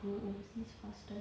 go overseas faster